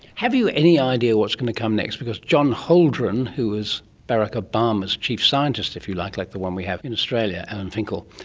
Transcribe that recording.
have you any idea what's going to come next? because john holden, who was barack obama's chief scientist, if you like, like the one we have in australia, alan finkel,